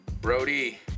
Brody